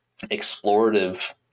explorative